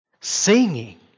singing